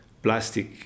plastic